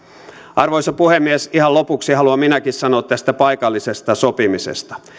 arvoisa puhemies ihan lopuksi haluan minäkin sanoa tästä paikallisesta sopimisesta